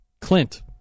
Clint